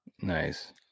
Nice